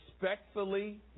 respectfully